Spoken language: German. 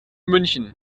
münchen